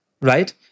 right